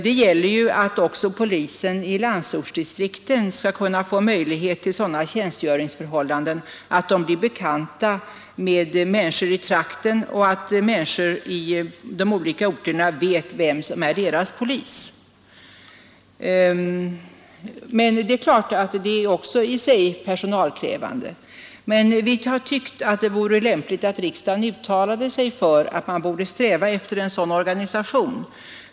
Det gäller att också polisen i landsortsdistrikten skall få möjlighet till sådana tjänstgöringsförhållanden att de blir bekanta med människor i trakten och att människor i de olika orterna vet vem som är deras polis. Det är klart att detta också är personalkrävande. Men vi har tyckt att det vore lämpligt att riksdagen uttalade sig för att man bör sträva efter en sådan organisation.